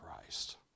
Christ